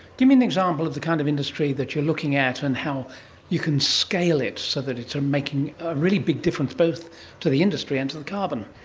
give me an example of the kind of industry that you're looking at and how you can scale it so that it's making a really big difference, both to the industry and to the carbon.